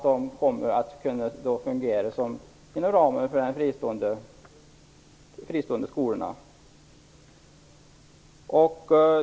De kommer att kunna fungera inom samma ram som gäller för de fristående skolorna.